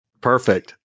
perfect